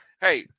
hey